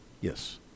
Yes